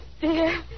dear